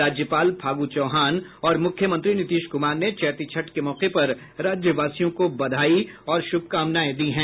राज्यपाल फागू चौहान और मुख्यमंत्री नीतीश कुमार ने चैती छठ के मौके पर राज्यवासियों को बधाई और शुभकामनाएं दी हैं